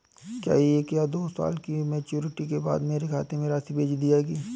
क्या एक या दो साल की मैच्योरिटी के बाद मेरे खाते में राशि भेज दी जाएगी?